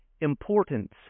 importance